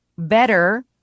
better